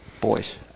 boys